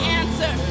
answer